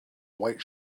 white